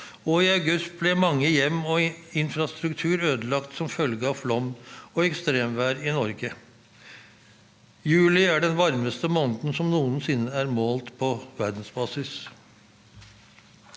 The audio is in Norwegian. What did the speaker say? og i august ble mange hjem og mye infrastruktur ødelagt som følge av flom og ekstremvær i Norge. Juli er den varmeste måneden som noensinne er målt på verdensbasis.